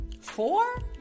four